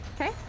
okay